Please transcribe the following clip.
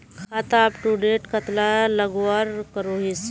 खाता अपटूडेट कतला लगवार करोहीस?